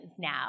now